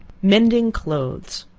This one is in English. mending clothes.